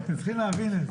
אתם צריכים להבין את זה.